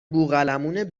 بوقلمون